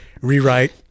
rewrite